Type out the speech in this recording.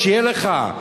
שיהיה לך.